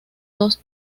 dos